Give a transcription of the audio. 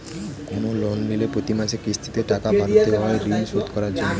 কোন লোন নিলে প্রতি মাসে কিস্তিতে টাকা ভরতে হয় ঋণ শোধ করার জন্য